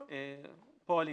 פועלים.